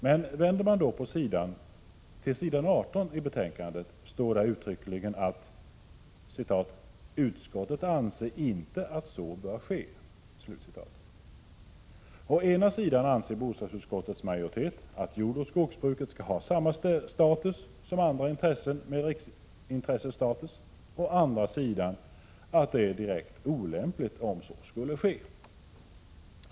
Men vänder man på sidan till s. 18 i betänkandet står där uttryckligen: ”Utskottet anser inte att så bör ske.” Å ena sidan anser bostadsutskottets majoritet att jordoch skogsbruket skall ha samma status som andra intressen med riksintressestatus, och å andra sidan att det är direkt olämpligt om så skulle ske!